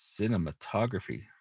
Cinematography